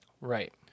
Right